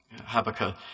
Habakkuk